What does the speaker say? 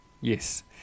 Yes